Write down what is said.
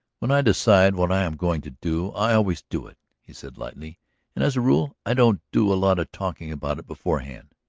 when i decide what i am going to do i always do it, he said lightly. and as a rule i don't do a lot of talking about it beforehand.